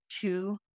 two